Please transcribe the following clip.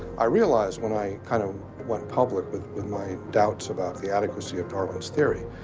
i realized when i kind of went public with with my doubts about the adequacy of darwin's theory,